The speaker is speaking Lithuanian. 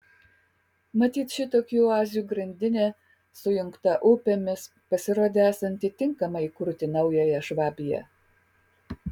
matyt šitokių oazių grandinė sujungta upėmis pasirodė esanti tinkama įkurti naująją švabiją